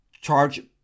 charge